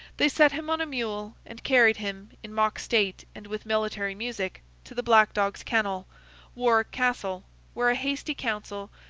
they set him on a mule, and carried him, in mock state and with military music, to the black dog's kennel warwick castle where a hasty council,